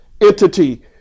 entity